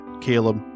caleb